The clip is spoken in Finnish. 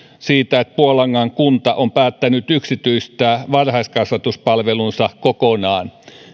siitä että puolangan kunta on päättänyt yksityistää varhaiskasvatuspalvelunsa kokonaan